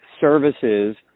services